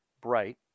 Bright